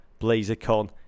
BlazerCon